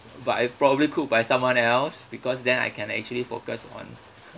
but it probably cooked by someone else because then I can actually focus on